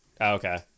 Okay